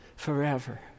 forever